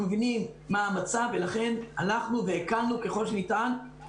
אנחנו מבינים מה המצב ולכן הקלנו ככל